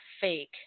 fake